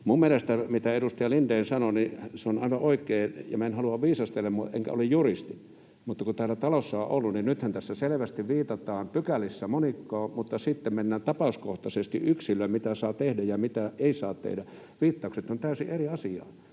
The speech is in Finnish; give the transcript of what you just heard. Minun mielestäni se, mitä edustaja Lindén sanoi, on aivan oikein, ja minä en halua viisastella enkä ole juristi, mutta täällä talossa olen ollut, ja nythän tässä selvästi viitataan pykälissä monikkoon, mutta sitten mennään tapauskohtaisesti siihen, mitä yksilö saa tehdä ja mitä ei saa tehdä. Viittaukset ovat täysin eri asia.